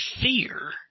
fear